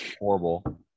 horrible